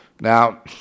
Now